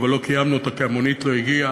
לא קיימנו אותה כי המונית לא הגיעה.